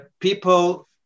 people